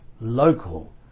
local